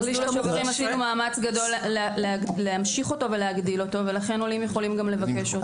עושים מאמץ גדול להמשיך אותו ולהגדילו ולכן עולים יכולים לבקש אותו.